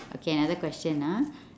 okay another question ah